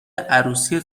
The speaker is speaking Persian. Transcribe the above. عروسی